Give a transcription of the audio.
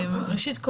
ראשית,